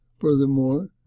furthermore